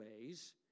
ways